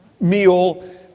meal